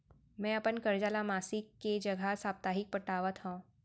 मै अपन कर्जा ला मासिक के जगह साप्ताहिक पटावत हव